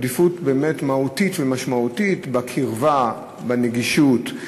עדיפות באמת מהותית ומשמעותית בקרבה, בנגישות,